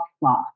law